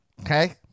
okay